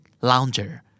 lounger